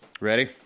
Ready